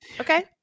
Okay